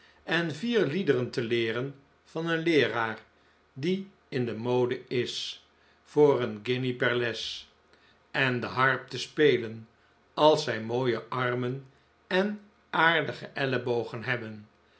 en vier liederen te leeren van een leeraar die in de mode is voor een guinje per les en de harp te spelen als zij mooie armen en aardige ellebogen hebben